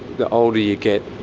the older you get,